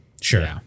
sure